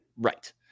Right